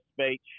speech